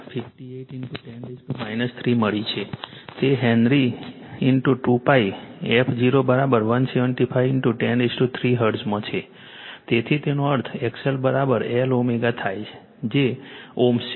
58 10 3 મળી છે તે હેન્રી 2π f0175 103 હર્ટ્ઝમાં છે તેથી તેનો અર્થ XLLω થાય જે Ω છે